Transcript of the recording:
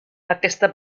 aquesta